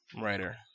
writer